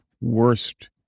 Worst